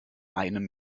einem